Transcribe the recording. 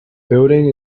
building